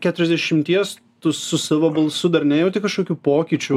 keturiasdešimties tu su savo balsu dar nejauti kažkokių pokyčių